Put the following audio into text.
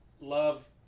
love